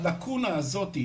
התפקיד הזה,